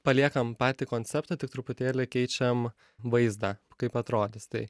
paliekam patį konceptą tik truputėlį keičiam vaizdą kaip atrodys tai